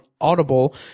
Audible